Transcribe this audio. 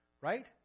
right